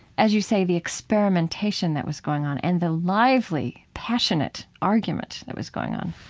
as you say, the experimentation that was going on and the lively, passionate argument that was going on,